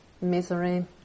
misery